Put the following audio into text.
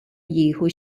jieħu